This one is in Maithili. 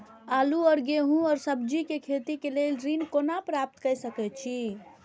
आलू और गेहूं और सब्जी के खेती के लेल ऋण कोना प्राप्त कय सकेत छी?